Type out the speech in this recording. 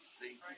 See